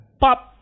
pop